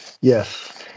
Yes